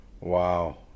Wow